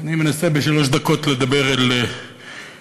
אני מנסה בשלוש דקות לדבר אל לבך,